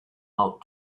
out